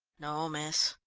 no, miss,